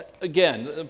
again